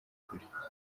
bagore